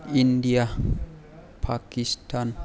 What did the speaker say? India Pakistan